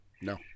No